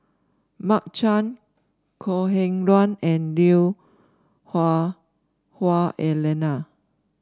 Mark Chan Kok Heng Leun and Lui Hah Wah Elena